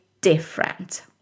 different